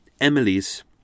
Emily's